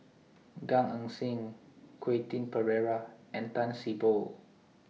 Gan Eng Seng Quentin Pereira and Tan See Boo